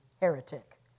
heretic